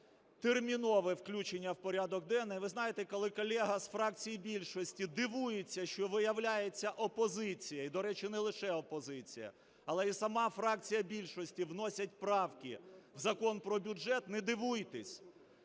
термінове включення в порядок денний. Ви знаєте, коли колега з фракції більшості дивується, що, виявляється, опозиція і, до речі, не дише опозиція, але і сама фракція більшості, вносять правки в Закон про бюджет, не дивуйтесь.